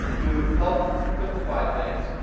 to help simplify things,